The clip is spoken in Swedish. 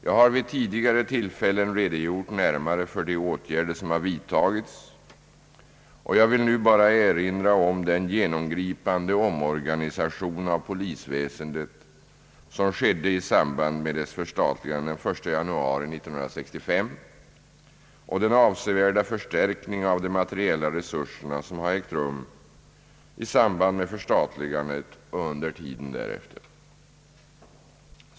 Jag har vid tidigare tillfällen redogjort närmare för de åtgärder som har vidtagits och jag vill nu endast erinra om den genomgripande omorganisation av polisväsendet som skedde i samband med dess förstatligande den 1 januari 1965 och den avsevärda förstärkning av de materiella resurserna som har ägt rum i samband med förstatligandet och under tiden därefter.